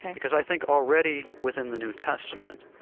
because i think already within the new testament,